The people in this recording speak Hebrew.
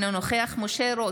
אינו נוכח משה רוט,